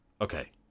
Okay